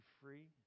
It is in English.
free